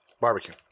barbecue